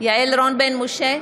יעל רון בן משה,